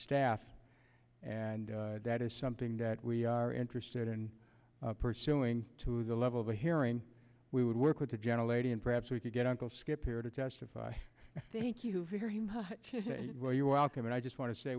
staff and that is something that we are interested in pursuing to the level of a hearing we would work with gentle lady and perhaps we can get uncle skip here to testify thank you very well you're welcome and i just want to say